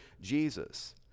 Jesus